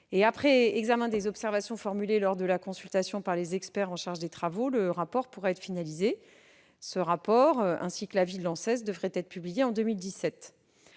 Après examen des observations formulées lors de la consultation par les experts en charge des travaux, le rapport pourra être finalisé. Ce rapport et l'avis de l'ANSES devraient être publiés en 2017.